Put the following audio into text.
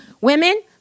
women